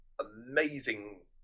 amazing